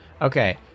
Okay